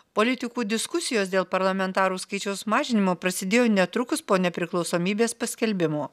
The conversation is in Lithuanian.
politikų diskusijos dėl parlamentarų skaičiaus mažinimo prasidėjo netrukus po nepriklausomybės paskelbimo